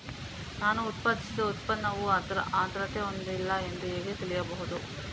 ನಾನು ಉತ್ಪಾದಿಸಿದ ಉತ್ಪನ್ನವು ಆದ್ರತೆ ಹೊಂದಿಲ್ಲ ಎಂದು ಹೇಗೆ ತಿಳಿಯಬಹುದು?